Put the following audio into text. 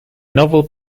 novel